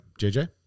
JJ